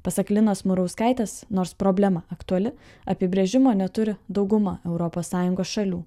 pasak linos murauskaitės nors problema aktuali apibrėžimo neturi dauguma europos sąjungos šalių